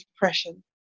depression